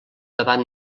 debat